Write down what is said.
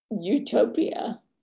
utopia